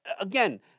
again